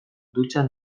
dutxan